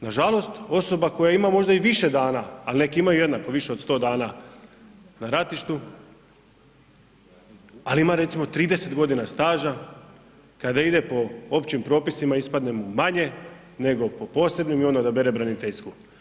Nažalost, osoba koja ima možda i više dana, ali neka imaju jednako više od sto dana na ratištu, a recimo ima 30 godina staža kada ide po općim propisima ispadne mu manje nego po posebnim i onda da bere braniteljsku.